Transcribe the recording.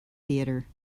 theatre